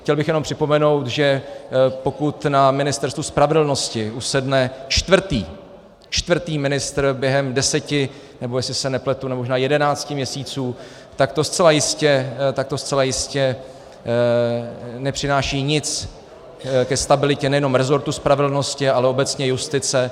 Chtěl bych jenom připomenout, že pokud na Ministerstvu spravedlnosti usedne čtvrtý, čtvrtý ministr během deseti, nebo jestli se nepletu možná jedenácti měsíců, tak to zcela jistě nepřináší nic ke stabilitě nejen rezortu spravedlnosti, ale obecně justice.